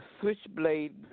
switchblade